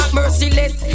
merciless